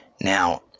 now